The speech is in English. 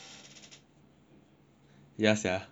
ya sia practice round practice round